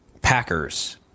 Packers